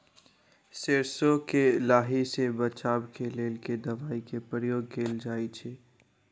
सैरसो केँ लाही सऽ बचाब केँ लेल केँ दवाई केँ प्रयोग कैल जाएँ छैय?